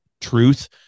truth